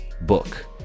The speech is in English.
book